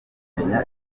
bamenya